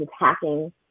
attacking